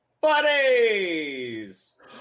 buddies